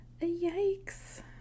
Yikes